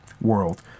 world